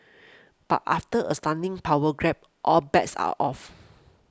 but after a stunning power grab all bets are off